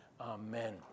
Amen